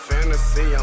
Fantasy